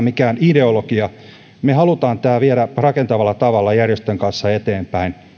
mikään ideologia tässäkään me haluamme viedä tämän rakentavalla tavalla järjestöjen kanssa eteenpäin